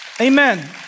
Amen